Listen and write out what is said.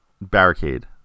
barricade